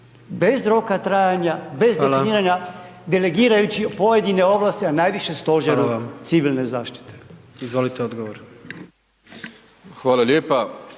bez roka trajanja, bez definiranja, delegirajući pojedine ovlasti a najviše stožeru civilne zaštite. **Jandroković, Gordan